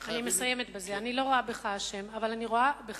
אבל אני רואה בך מושיע,